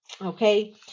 okay